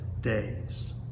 days